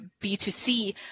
b2c